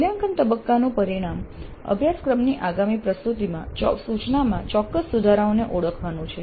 મૂલ્યાંકન તબક્કાનું પરિણામ અભ્યાસક્રમની આગામી પ્રસ્તુતિમાં સૂચનામાં ચોક્કસ સુધારાઓને ઓળખવાનું છે